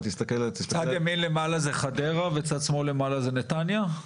צד ימין למעלה זה חדרה וצד שמאל למעלה זה נתניה?